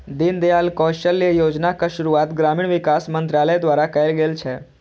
दीनदयाल कौशल्य योजनाक शुरुआत ग्रामीण विकास मंत्रालय द्वारा कैल गेल छै